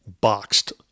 boxed